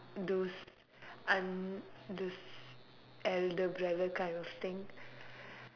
those un those elder brother kind of thing